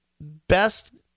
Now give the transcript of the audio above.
best